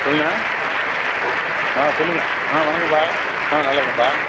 சொல்ண்ணே ஆ சொல்லுங்க ஆ வணக்கம்பா ஆ நல்லாயிருக்கேன்பா